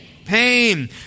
Pain